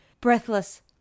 breathless